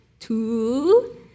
Two